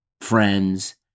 friends